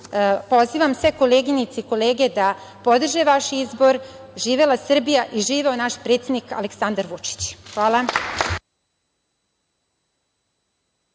sve koleginice i kolege da podrže vaš izbor. Živela Srbija i živeo naš predsednik Aleksandar Vučić! Hvala.